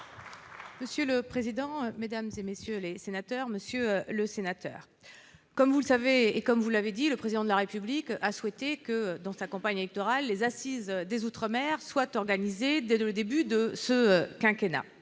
Monsieur le président, Mesdames et messieurs les sénateurs, Monsieur le Sénateur, comme vous le savez, et comme vous l'avez dit, le président de la République a souhaité que dans sa compagne électorale les Assises des Outre-mer soit organisé de début de ce quinquennat